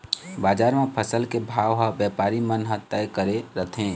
बजार म फसल के भाव ह बेपारी मन ह तय करे रथें